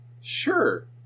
sure